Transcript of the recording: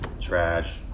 trash